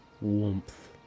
warmth